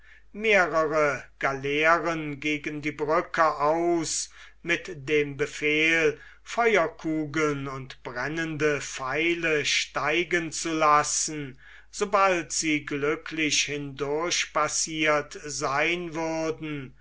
mehrere galeeren gegen die brücke aus mit dem befehl feuerkugeln und brennende pfeile steigen zu lassen sobald sie glücklich hindurchpassiert sein würden